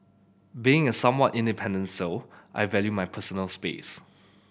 being a somewhat independent soul I value my personal space